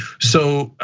so,